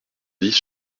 dix